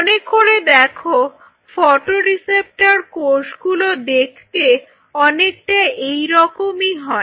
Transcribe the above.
মনে করে দেখো ফটো রিসেপ্টর কোষগুলো দেখতে অনেকটা এরকমই হয়